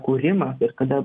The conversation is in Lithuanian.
kūrimas ir kada